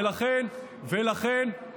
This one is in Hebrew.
ולכן, ומה אתם עושים בעניין?